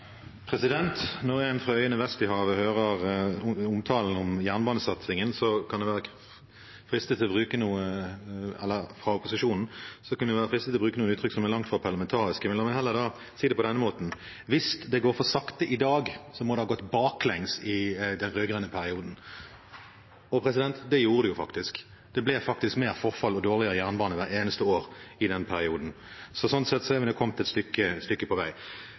Når en fra øyene vest i havet – eller fra opposisjonen – hører omtalen av jernbanesatsingen, kan man være fristet til å bruke noen uttrykk som er langt fra parlamentariske, men la meg heller si det på denne måten: Hvis det går for sakte i dag, må det ha gått baklengs i den rød-grønne perioden. Og det gjorde det faktisk. Det ble faktisk mer forfall og dårligere jernbane hvert eneste år i den perioden. Sånn sett har man kommet et stykke på vei.